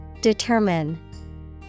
Determine